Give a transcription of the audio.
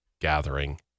gathering